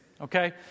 okay